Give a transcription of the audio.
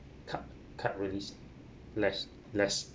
cut~ cutleries less less